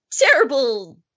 terrible